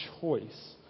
choice